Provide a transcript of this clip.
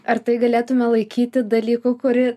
ar tai galėtume laikyti dalyku kurį